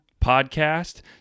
podcast